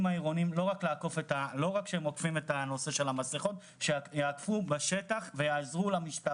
העירוניים לא רק לאכוף את חובת חבישת המסכות אלא שיאכפו בשטח ויעזרו